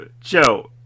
Joe